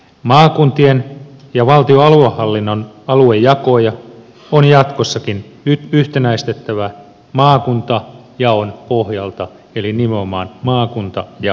maakuntien ja valtion aluehallinnon aluejakoja on jatkossakin yhtenäistettävä maakuntajaon pohjalta eli nimenomaan maakuntajaon pohjalta